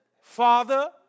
Father